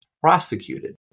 prosecuted